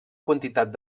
quantitat